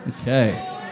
Okay